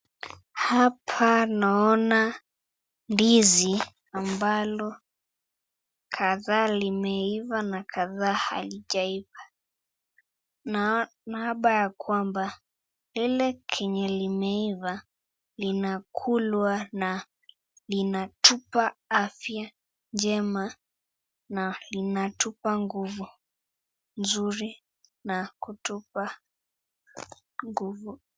Hapa naona ndizi ambalo kadhaa imeifaa na kadhaa haijaifaa naaba ya kwamba hili yenye imeifaa inakulwa na inatupa afya njema na inatupa nguvu.